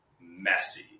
messy